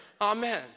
amen